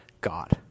God